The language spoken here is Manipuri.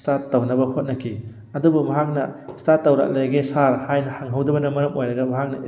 ꯏꯁꯇꯥꯠ ꯇꯧꯅꯕ ꯍꯣꯠꯅꯈꯤ ꯑꯗꯨꯕꯨ ꯃꯍꯥꯛꯅ ꯏꯁꯇꯥꯠ ꯇꯧꯔꯛꯂꯒꯦ ꯁꯥꯔ ꯍꯥꯏꯅ ꯍꯪꯍꯧꯗꯕꯅ ꯃꯔꯝ ꯑꯣꯏꯔꯒ ꯃꯍꯥꯛꯅ